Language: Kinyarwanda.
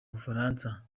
bufaransa